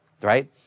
right